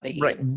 Right